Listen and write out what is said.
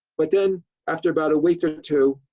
but then after about a week or two.